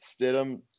Stidham